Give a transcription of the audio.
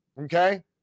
Okay